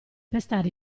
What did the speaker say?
pestare